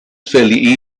fairly